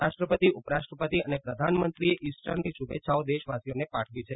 રાષ્ટ્રપતિ ઉપરાષ્ટ્રપતિ અને પ્રધાનમંત્રીએ ઇસ્ટરની શુભેચ્છાઓ દેશવાસીઓને પાઠવી છે